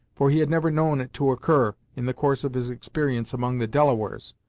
for he had never known it to occur, in the course of his experience among the delawares.